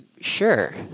Sure